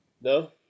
no